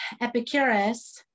Epicurus